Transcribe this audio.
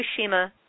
Fukushima